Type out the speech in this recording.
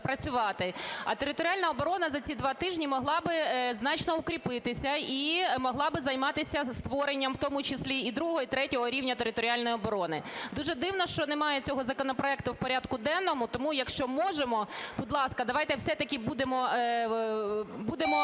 а територіальна оборона за ці два тижні могла би значно укріпитися і могла би займатися створенням у тому числі і другого, і третього рівня територіальної оборони. Дуже дивно, що немає цього законопроекту в порядку денному. Тому, якщо можемо, будь ласка, давайте-таки будемо